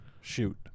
shoot